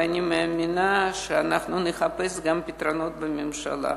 ואני מאמינה שאנחנו נחפש פתרונות גם בממשלה.